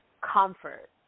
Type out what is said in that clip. comfort